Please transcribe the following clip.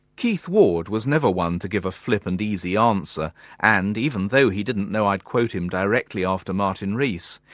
keith ward was never one to give a flip and easy answer and, even though he didn't know i'd quote him directly after martin rees,